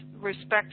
respect